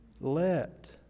let